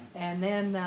and then,